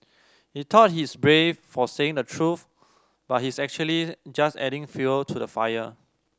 he thought he's brave for saying the truth but he's actually just adding fuel to the fire